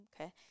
Okay